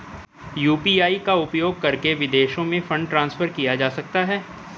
UPI का उपयोग करके विदेशों में फंड ट्रांसफर किया जा सकता है?